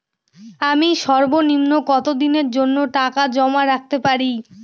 আমি সর্বনিম্ন কতদিনের জন্য টাকা জমা রাখতে পারি?